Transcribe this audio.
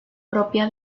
propia